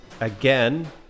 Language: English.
again